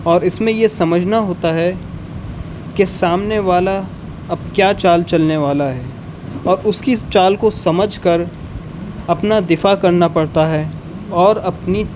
اور اس میں یہ سمجھنا ہوتا ہے کہ سامنے والا اب کیا چال چلنے والا ہے اور اس کی اس چال کو سمجھ کر اپنا دفاع کرنا پڑتا ہے اور اپنی